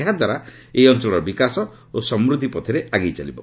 ଏହାଦ୍ୱାରା ଏହି ଅଞ୍ଚଳର ବିକାଶ ଓ ସମୃଦ୍ଧି ପଥରେ ଆଗେଇ ଚାଲିବ